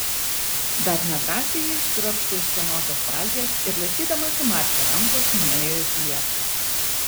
dar nedrąsiai ji išsiropštė iš senosios valties ir laikydamasi marcio rankos nuėjo iki liepto